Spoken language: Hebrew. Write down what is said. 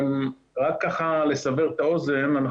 רק לסבר את האוזן,